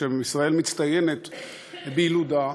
שישראל מצטיינת בילודה.